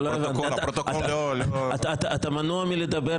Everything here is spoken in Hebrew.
אתה מנוע מלדבר?